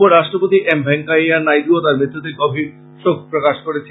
উপরাষ্ট্রপতি এম ভেস্কাইয়া নাইডু ও তাঁর মৃত্যুতে গভীর শোক প্রকাশ করেছেন